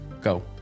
Go